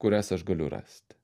kurias aš galiu rast